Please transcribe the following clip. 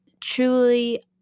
truly